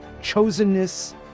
chosenness